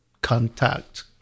contact